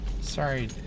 Sorry